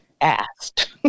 asked